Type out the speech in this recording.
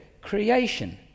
creation